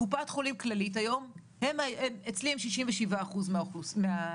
קופת חולים כללית היום, אצלי הם 67% מהמבוטחים.